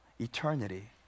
Eternity